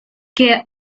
que